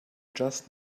just